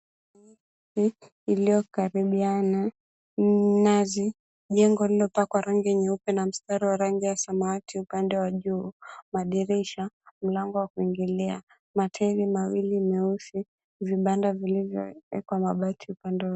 Iliyokaribiana, minazi, jengo lililopakwa rangi ya nyeupe na mstari wa rangi ya samawati upande wa juu, madirisha, mlango wa kuingilia, matairi mawili meusi, vibanda vilivyowekwa mabati upande wa...